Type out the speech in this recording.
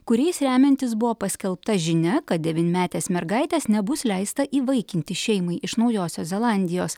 kuriais remiantis buvo paskelbta žinia kad devynmetės mergaitės nebus leista įvaikinti šeimai iš naujosios zelandijos